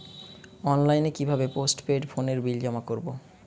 অনলাইনে কি ভাবে পোস্টপেড ফোনের বিল জমা করব?